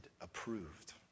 approved